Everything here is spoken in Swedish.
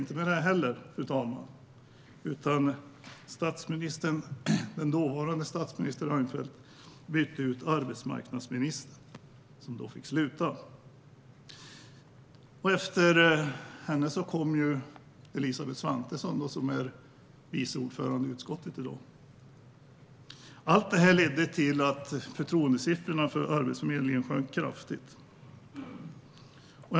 Och inte heller detta räckte, fru talman, utan dåvarande statsminister Reinfeldt bytte ut arbetsmarknadsministern, som då fick sluta. Efter henne kom Elisabeth Svantesson, som i dag är vice ordförande i arbetsmarknadsutskottet. Allt detta ledde till att förtroendesiffrorna för Arbetsförmedlingen kraftigt sjönk.